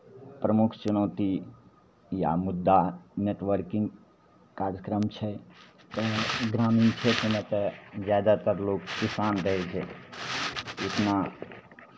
प्रमुख चुनौती या मुद्दा नेटवर्किंग कार्यक्रम छै पहिने ग्रामीण क्षेत्रमे तऽ जादातर लोक किसान रहै छै इतना